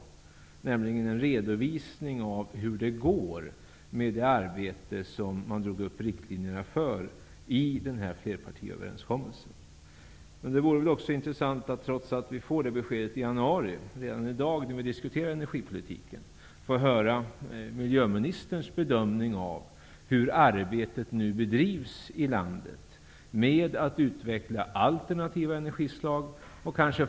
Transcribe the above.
Det gäller en redovisning av hur det går med det arbete som det drogs upp riktlinjer för i flerpartiöverenskommelsen. Men det vore intressant att, trots att vi får det beskedet i januari, redan i dag när vi diskuterar energipolitiken få höra miljöministerns bedömning av hur arbetet nu bedrivs i landet med att utveckla alternativa energislag.